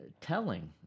telling